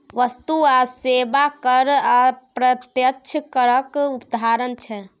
बस्तु आ सेबा कर अप्रत्यक्ष करक उदाहरण छै